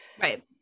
Right